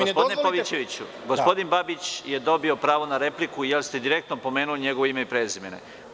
Gospodine Pavićeviću, gospodin Babić je dobio pravo na repliku jer ste direktno pomenuli njegovo ime i prezime.